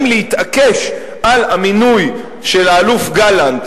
בשאלה אם להתעקש על המינוי של האלוף גלנט